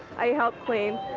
i helped clean.